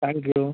thank you